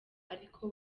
ariko